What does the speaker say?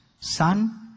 son